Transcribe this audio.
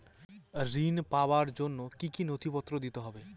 ঋণ পাবার জন্য কি কী নথিপত্র দিতে হবে?